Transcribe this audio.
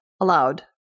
allowed